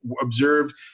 observed